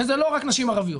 ואלה לא רק נשים ערביות